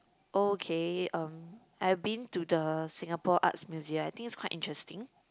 okay um I've been to the Singapore Arts Museum I think it's quite interesting